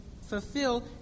fulfill